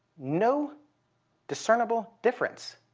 no discernible difference.